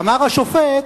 אמר השופט: